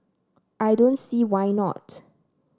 I don't see why not